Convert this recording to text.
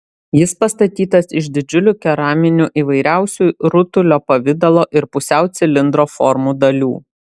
jis pastatytas iš didžiulių keraminių įvairiausių rutulio pavidalo ir pusiau cilindro formų dalių